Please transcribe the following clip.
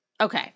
Okay